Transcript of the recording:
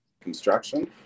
construction